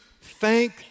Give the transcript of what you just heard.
thank